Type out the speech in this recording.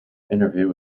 interview